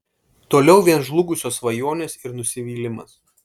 toliau vien žlugusios svajonės ir nusivylimas